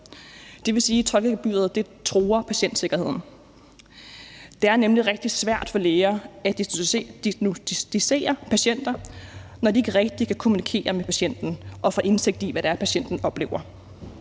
Det vil sige, at tolkegebyret truer patientsikkerheden. Det er nemlig rigtig svært for læger at diagnosticere patienter, når de ikke rigtig kan kommunikere med patienten og få indsigt i, hvad det er, patienten oplever.